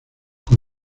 con